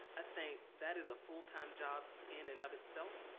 ah think that is a full time job in and of itself.